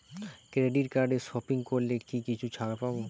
Credit কার্ডে shopping করলে কি কিছু ছাড় পাব?